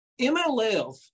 MLF